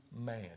man